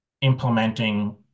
implementing